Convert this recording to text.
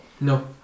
No